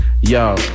yo